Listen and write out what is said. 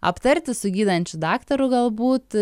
aptarti su gydančiu daktaru galbūt